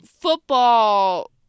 football